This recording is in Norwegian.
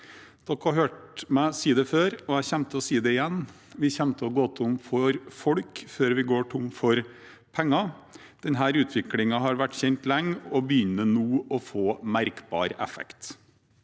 Dere har hørt meg si det før, og jeg kommer til å si det igjen: Vi kommer til å gå tom for folk før vi går tom for penger. Denne utviklingen har vært kjent lenge og begynner nå å få merkbar effekt.